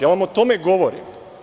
Ja vam o tome govorim.